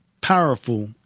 Powerful